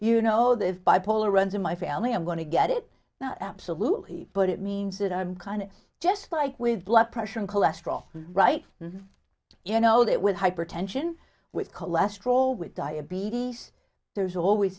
you know the bipolar runs in my family i'm going to get it now absolutely but it means that i'm kind of just like with blood pressure and cholesterol right you know that with hypertension with cholesterol with diabetes there's always